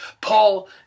Paul